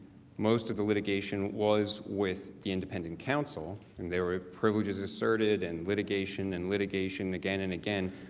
most of the litigation was with the independent counsel. and there were privileges asserted and litigation and litigation, again and again.